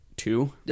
Two